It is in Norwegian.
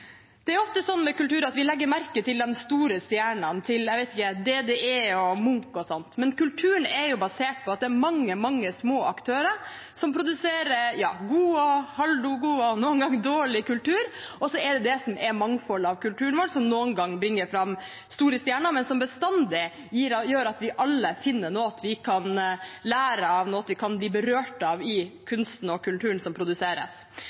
Det er ofte sånn med kultur at vi legger merke til de store stjernene – jeg vet ikke, DDE og Munch og sånn – men kulturen er basert på at det er mange små aktører som produserer god, halvgod og noen ganger dårlig kultur. Så er det det som er mangfoldet av kulturen vår, som noen ganger bringer fram store stjerner, men som bestandig gjør at vi alle finner noe vi kan lære av og noe vi kan bli berørt av i kunsten og kulturen som produseres.